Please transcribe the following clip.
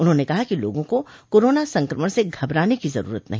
उन्होंने कहा कि लोगों को कोरोना संक्रमण से घबराने की जरूरत नहीं